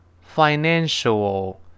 financial